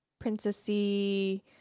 princessy